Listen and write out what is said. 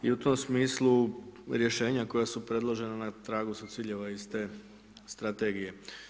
I u tom smislu, rješenja koja su predložena, na tragu su ciljeva iz te strategije.